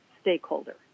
stakeholder